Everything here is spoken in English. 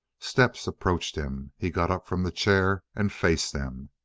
steps approached him. he got up from the chair and faced them,